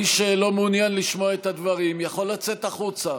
מי שלא מעוניין לשמוע את הדברים יכול לצאת החוצה.